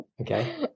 Okay